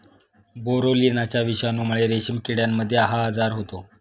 बोरोलिनाच्या विषाणूमुळे रेशीम किड्यांमध्ये हा आजार होतो